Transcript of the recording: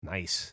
Nice